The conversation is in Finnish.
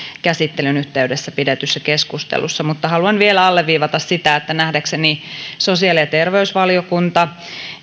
käsittelyn yhteydessä pidetyssä keskustelussa mutta haluan vielä alleviivata sitä että nähdäkseni sosiaali ja terveysvaliokunta